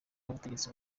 ubutegetsi